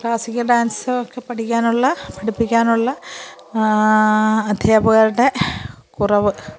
classical dance ഒക്കെ പഠിക്കാനുള്ള പഠിപ്പിക്കാനുള്ള അധ്യാപകരുടെ കുറവ്